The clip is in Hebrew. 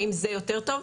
האם זה יותר טוב?